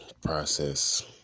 process